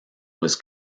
was